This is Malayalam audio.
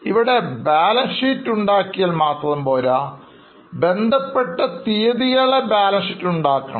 ഇവിടെ ബാലൻ ഷീറ്റ് ഉണ്ടാക്കിയാൽ മാത്രം പോരാ ബന്ധപ്പെട്ട തീയതികളിലെ ബാലൻസ്ഷീറ്റ് ഉണ്ടാക്കണം